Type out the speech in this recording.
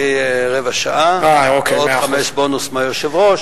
יש לי רבע שעה ועוד חמש בונוס מהיושב-ראש,